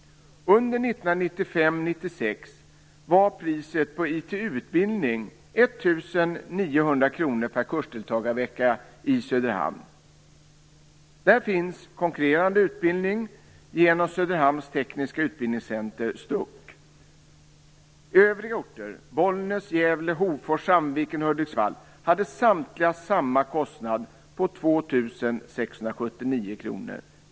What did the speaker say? Under 1995/96 var priset på ITU-utbildning 1 900 kronor per kursdeltagarvecka i Söderhamn. Där finns konkurrerande utbildning genom Söderhamns Tekniska Utbildningscenter, STUC. Övriga orter - Bollnäs, Gävle, Hofors, Sandviken och Hudiksvall - hade samtliga samma kostnad på 2 679 kronor.